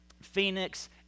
Phoenix